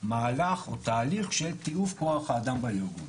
מהלך או תהליך של טיוב כוח האדם בארגון.